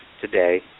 today